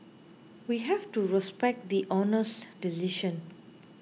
we have to respect the Honour's decision